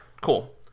Cool